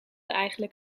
eigenlijk